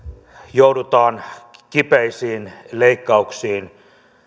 joudutaan kipeisiin leikkauksiin